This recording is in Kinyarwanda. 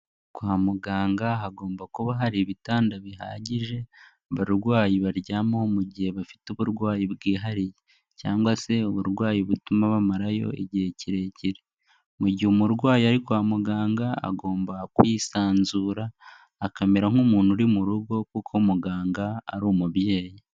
Kwa muganga hagomba kuba hari ibitanda bihagije abarwayi baryamaho mu gihe bafite uburwayi bwihariye cyangwa se uburwayi butuma bamarayo igihe kirekire, mu gihe umurwayi ari kwa muganga agomba kwisanzura, akamera nk'umuntu uri mu rugo kuko muganga ari umubyeyi.